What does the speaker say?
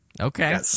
okay